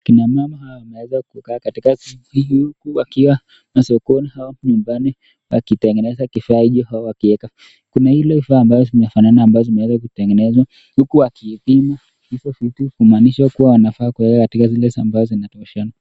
Kina mama hawa wameza kukaa katika sehemu hii huku wakiwa sokoni au nyumbani wakitengeneza kifaa hicho au wakiweka. Kuna hivi vifaa mbavyo vimefanana ambavyo vimeweza kutengenezwa huku akipima hivyo vitu kumaanisha kuwa anafaa kuweka katika zile ambazo zinatoshana.